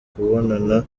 kubonana